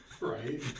right